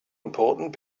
important